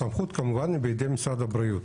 הסמכות היא כמובן בידי משרד הבריאות.